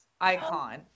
Icon